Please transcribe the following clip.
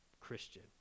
christian